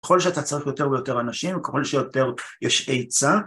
ככל שאתה צריך יותר ויותר אנשים וככל שיותר יש היצע